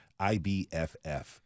IBFF